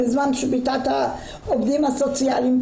בזמן שביתת העובדים הסוציאליים,